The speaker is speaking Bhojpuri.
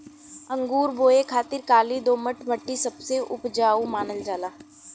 अंगूर बोए खातिर काली दोमट मट्टी सबसे उपजाऊ मानल जाला